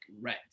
red